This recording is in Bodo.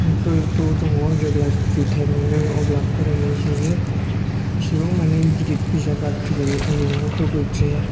बेफोरखौ दङ जेब्ला फ्रि टाइम मोनो अब्ला फरायनाय जायो इसिबां मानि गिदिद बिजाब बाख्रि गैया आंनि न'आवथ' गैद्राया